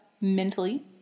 mentally